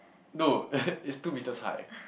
no it's two meters high